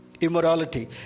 Immorality